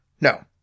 No